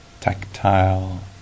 tactile